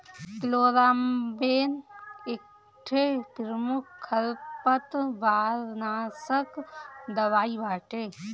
chloramben एकठे प्रमुख खरपतवारनाशक दवाई बाटे